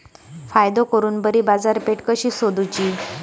फायदो करून बरी बाजारपेठ कशी सोदुची?